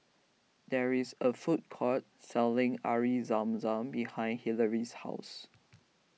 there is a food court selling Air Zam Zam behind Hilary's house